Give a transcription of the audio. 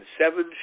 seven